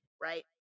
Right